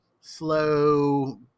slow